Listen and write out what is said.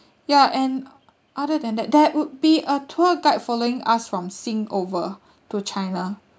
ya and other than that there would be a tour guide following us from sing over to china